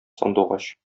сандугач